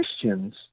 Christians